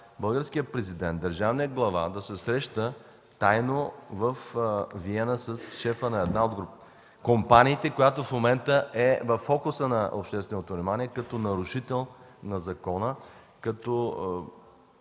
българският президент, държавният глава да се среща тайно във Виена с шефа на една от компаниите, която в момента е във фокуса на общественото внимание като нарушител на закона, като